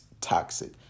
toxic